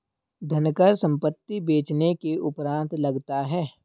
धनकर संपत्ति बेचने के उपरांत लगता है